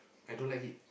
I don't like it